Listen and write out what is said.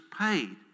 paid